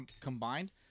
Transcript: combined